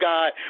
God